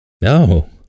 No